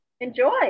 enjoy